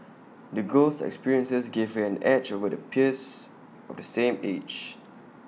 the girl's experiences gave her an edge over her peers of the same age